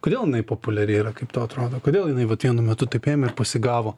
kodėl jinai populiari yra kaip tau atrodo kodėl jinai vat vienu metu taip ėmė ir pasigavo